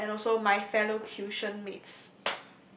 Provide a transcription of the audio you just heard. and also my fellow tuition mates